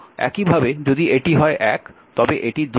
একইভাবে যদি এটি হয় 1 তবে এটি 2